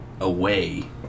away